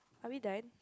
are we done